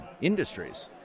Industries